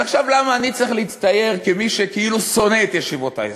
אז למה אני צריך להצטייר כמי שכאילו שונא את ישיבות ההסדר?